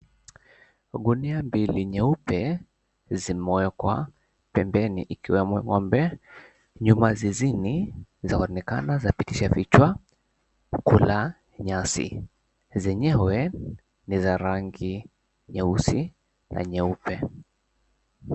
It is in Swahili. Gunia mbili nyeupe zimewekwa pembeni ikiwemo ng'ombe, nyuma zizini zaonekana zakipitisha vichwa kula nyasi zenyewe ni za rangi nyeusi na nyeupe.